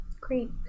Great